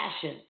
passion